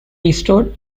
restored